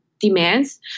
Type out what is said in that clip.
demands